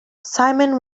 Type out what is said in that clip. simon